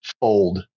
fold